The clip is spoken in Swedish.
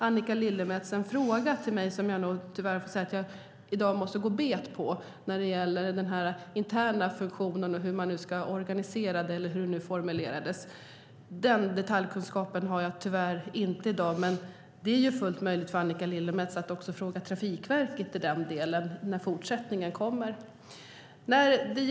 Annika Lillemets ställde en fråga till mig om den interna funktionen och hur den ska organiseras. Jag går tyvärr bet på den frågan, för jag ha inte den detaljkunskapen i dag. Det är dock fullt möjligt för Annika Lillemets att fråga Trafikverket om detta när fortsättningen kommer.